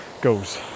goes